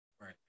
right